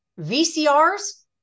VCRs